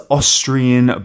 Austrian